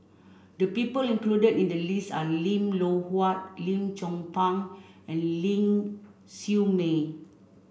the people included in the list are Lim Loh Huat Lim Chong Pang and Ling Siew May